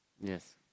Yes